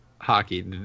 Hockey